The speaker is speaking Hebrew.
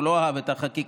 הוא לא אהב את החקיקה,